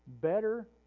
Better